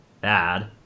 bad